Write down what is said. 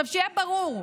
שיהיה ברור,